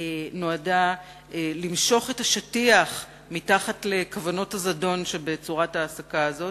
נועדה למשוך את השטיח מתחת לכוונות הזדון שבצורת ההעסקה הזאת,